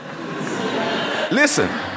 listen